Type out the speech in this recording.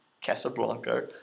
Casablanca